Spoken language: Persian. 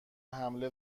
حمله